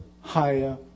higher